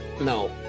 No